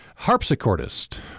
harpsichordist